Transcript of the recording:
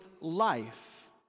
life